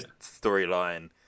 storyline